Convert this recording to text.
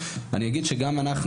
אני אגיד שגם אנחנו,